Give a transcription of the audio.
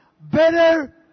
Better